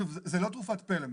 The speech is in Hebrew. זה לא תרופת פלא,